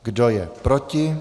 Kdo je proti?